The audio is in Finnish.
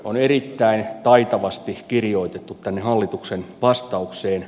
on erittäin taitavasti kirjoitettu tänne hallituksen vastaukseen